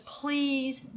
please